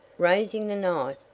raising the knife,